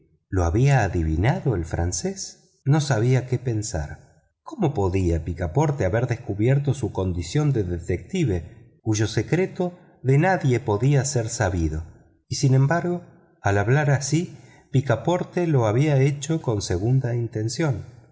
lo había adivinado el francés no sabía qué pensar cómo podía picaporte haber descubierto su condición de detectíve cuyo secreto de nadie podía ser sabido y sin embargo al hablar así picaporte lo había hecho con segunda intención